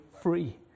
free